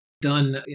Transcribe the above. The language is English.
done